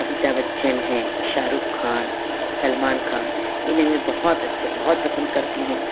अमिताभ बच्चन है शाहरुख़ खान सलमान खान इन्हें मैं बहुत अच् बहुत पसंद करती हूँ